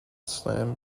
slam